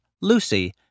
Lucy